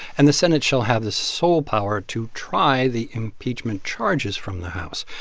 and the senate shall have the sole power to try the impeachment charges from the house.